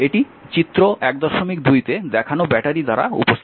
এটি চিত্র 12 তে দেখানো ব্যাটারি দ্বারা উপস্থাপিত হয়